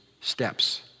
steps